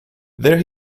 there